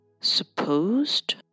supposed